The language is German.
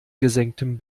gesenktem